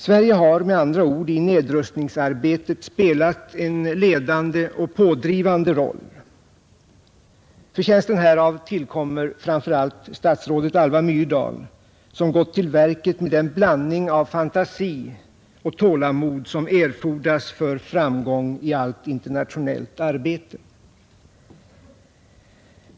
Sverige har i nedrustningsarbetet spelat en ledande och pådrivande roll. Förtjänsten härav tillkommer framför allt statsrådet Alva Myrdal, som gått till verket med den blandning av fantasi och tålamod som erfordras för framgång i allt internationellt arbete.